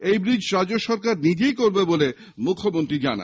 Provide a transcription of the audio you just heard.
এই ব্রীজ রাজ্য সরকার নিজেই করে দেবে বলে মুখ্যমন্ত্রী জানান